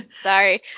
Sorry